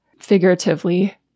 figuratively